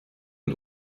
und